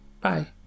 Bye